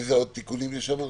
איזה עוד תיקונים יש שמה?